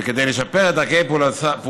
כדי לשפר את דרכי פעולתן.